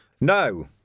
No